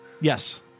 Yes